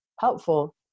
helpful